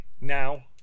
now